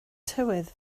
tywydd